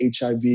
HIV